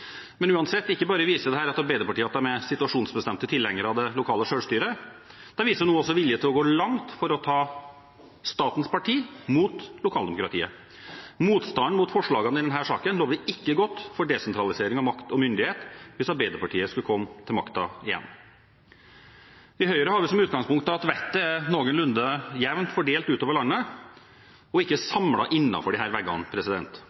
Uansett: Ikke bare viser dette at Arbeiderpartiet er situasjonsbestemte tilhengere av det lokale selvstyret, de viser nå også vilje til å gå langt for å ta statens parti mot lokaldemokratiet. Motstanden mot forslagene i denne saken lover ikke godt for desentralisering av makt og myndighet hvis Arbeiderpartiet skulle komme til makten igjen. I Høyre har vi som utgangspunkt at vettet er noenlunde jevnt fordelt utover landet, og ikke samlet innenfor disse veggene